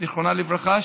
זיכרונה לברכה,